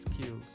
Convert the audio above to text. skills